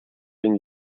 been